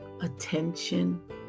attention